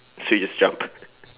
so you just jump